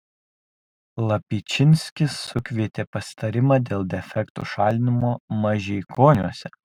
lapčynskis sukvietė pasitarimą dėl defektų šalinimo mažeikoniuose